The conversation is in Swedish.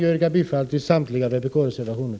Jag yrkar bifall till samtliga vpk-reservationer.